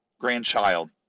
grandchild